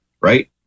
Right